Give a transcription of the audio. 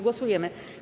Głosujemy.